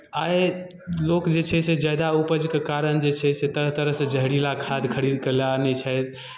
आइ लोक जे छै से ज्यादा उपजके कारण जे छै से तरह तरह से जहरीला खाद खरीद कऽ लऽ आनै छथि